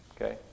Okay